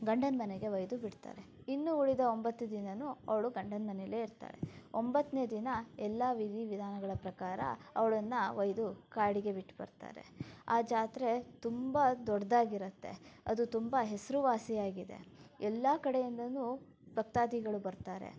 ಗಂಡನ ಮನೆಗೆ ಒಯ್ದು ಬಿಡ್ತಾರೆ ಇನ್ನು ಉಳಿದ ಒಂಬತ್ತು ದಿನವೂ ಅವಳು ಗಂಡನ ಮನೆಯಲ್ಲೇ ಇರ್ತಾಳೆ ಒಂಬತ್ತನೆ ದಿನ ಎಲ್ಲ ವಿಧಿ ವಿಧಾನಗಳ ಪ್ರಕಾರ ಅವಳನ್ನು ಒಯ್ದು ಕಾಡಿಗೆ ಬಿಟ್ಬರ್ತಾರೆ ಆ ಜಾತ್ರೆ ತುಂಬ ದೊಡ್ಡದಾಗಿರತ್ತೆ ಅದು ತುಂಬ ಹೆಸರುವಾಸಿಯಾಗಿದೆ ಎಲ್ಲ ಕಡೆಯಿಂದಲೂ ಭಕ್ತಾದಿಗಳು ಬರ್ತಾರೆ